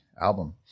album